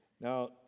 Now